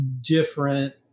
different